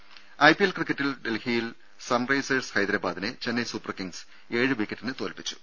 രും ഐപിഎൽ ക്രിക്കറ്റിൽ ഡൽഹിയിൽ സൺറൈസേഴ്സ് ഹൈദരാബാദിനെ ചെന്നൈ സൂപ്പർ കിംഗ്സ് ഏഴ് വിക്കറ്റിന് തോൽപ്പിച്ചു